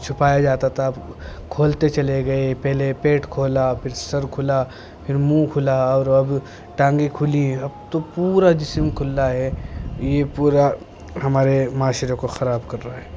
چھپایا جاتا تھا اب کھولتے چلے گئے پہلے پیٹ کھولا پھر سر کھلا پھر منہ کھلا اور اب ٹانگے کھلی ہے اب تو پورا جسم کھلا ہے یہ پورا ہمارے معاشرے کو خراب کر رہا ہے